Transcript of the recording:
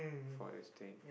for this thing